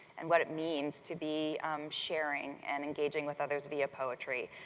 and what it means to be sharing and engaging with others via poetry,